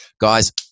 Guys